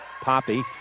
Poppy